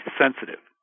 sensitive